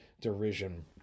derision